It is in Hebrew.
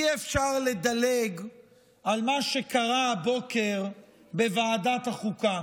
אי-אפשר לדלג על מה שקרה הבוקר בוועדת החוקה,